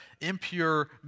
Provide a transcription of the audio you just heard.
impure